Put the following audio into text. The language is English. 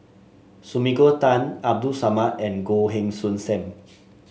Sumiko Tan Abdul Samad and Goh Heng Soon Sam